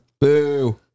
Boo